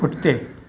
पुठिते